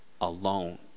alone